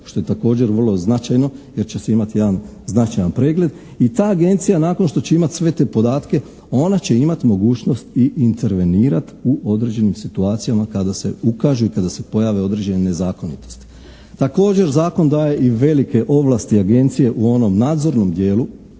što je također vrlo značajno jer će se imati jedan značajan pregled i ta agencija nakon što će imati sve te podatke ona će imati mogućnost i intervenirati u određenim situacijama kada se ukažu i kada se pojave određene nezakonitosti. Također, zakon daje i velike ovlasti agencije u onom nadzornom dijelu